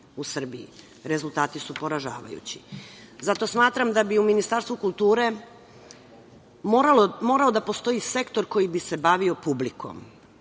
u Srbiji. Rezultati su poražavajući. Zato smatram da bi u Ministarstvu kulture morao da postoji sektor koji bi se bavio publikom